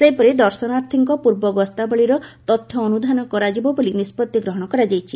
ସେହିପରି ଦର୍ଶନାର୍ଥୀଙ୍କ ପୂର୍ବ ଗସ୍ତାବଳୀର ତଥ୍ୟ ଅନୁଧ୍ଧାନ କରାଯିବ ବୋଲି ନିଷ୍ବତି ଗ୍ରହଶ କରାଯାଇଛି